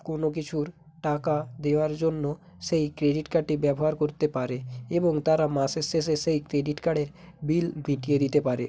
কোনো কিছুর টাকা দেওয়ার জন্য সেই ক্রেডিট কার্ডটি ব্যবহার করতে পারে এবং তারা মাসের শেষে সেই ক্রেডিট কার্ডের বিল মিটিয়ে দিতে পারে